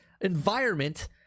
environment